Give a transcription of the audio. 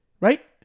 right